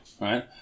right